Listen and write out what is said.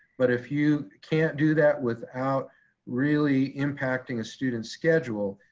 but if you can't do that without really impacting a student's schedule,